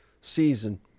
season